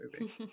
movie